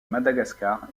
madagascar